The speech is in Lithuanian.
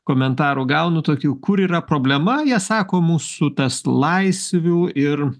komentarų gaunu tokių kur yra problema jie sako mūsų tas laisvių ir